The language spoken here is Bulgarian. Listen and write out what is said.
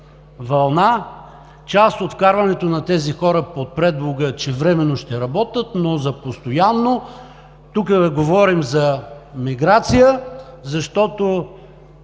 вълна, част от вкарването на тези хора под предлога, че временно ще работят, но за постоянно. Тук говорим за миграция, защото